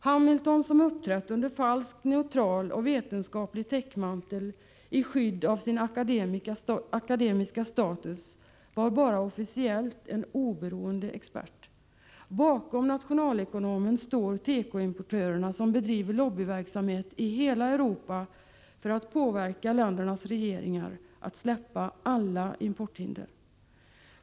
Hamilton, som uppträtt under falskt neutral och vetenskaplig täckmantel i skydd av sin akademiska status, var bara officiellt en oberoende expert. Bakom nationalekonomen står tekoimportörerna, vilka bedriver lobbyverksamhet i hela Europa för att påverka ländernas regeringar att släppa alla importhinder.